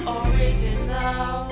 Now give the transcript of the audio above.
original